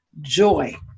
joy